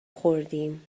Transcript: خوردیم